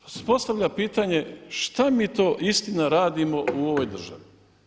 Pa se postavlja pitanje šta mi to istina radimo u ovoj državi?